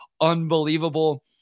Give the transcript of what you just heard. unbelievable